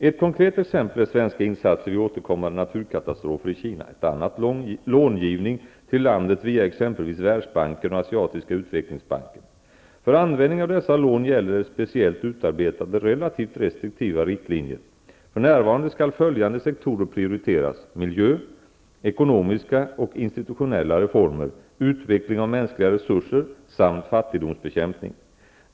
Ett konkret exempel är svenska insatser vid återkommande naturkatastrofer i Kina, ett annat långivning till landet via exempelvis Världsbanken och Asiatiska utvecklingsbanken. För användning av dessa lån gäller speciellt utarbetade, relativt restriktivt hållna riktlinjer. För närvarande skall följande sektorer prioriteras: miljö, ekonomiska och institutionella reformer, utveckling av mänskliga resurser samt fattigdomsbekämpning.